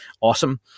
awesome